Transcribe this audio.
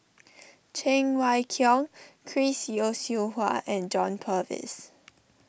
Cheng Wai Keung Chris Yeo Siew Hua and John Purvis